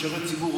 משרת ציבור,